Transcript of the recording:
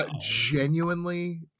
Genuinely